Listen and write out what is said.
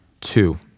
Two